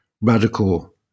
radical